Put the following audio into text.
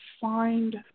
find